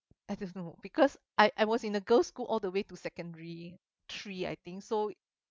I don't know because I I was in the girl's school all the way to secondary three I think so